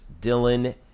Dylan